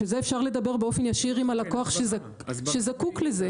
בשביל זה אפשר לדבר באופן ישיר עם הלקוח שזקוק לזה.